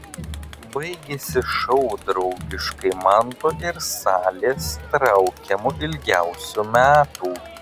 baigėsi šou draugiškai manto ir salės traukiamu ilgiausių metų